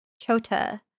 Chota